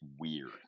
weird